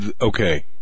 okay